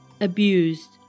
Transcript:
abused